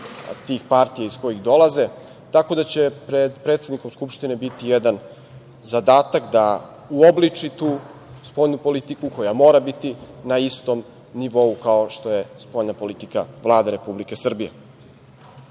tih partija iz kojih dolaze, tako da će pred predsednikom Skupštine biti jedan zadatak da uobliči tu spoljnu politiku koja mora biti na istom nivou kao što je spoljna politika Vlade Republike Srbije. Obzirom